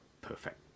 Perfect